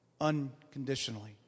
unconditionally